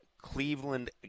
Cleveland